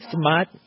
smart